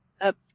up